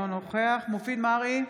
אינו נוכח מופיד מרעי,